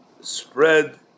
spread